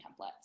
templates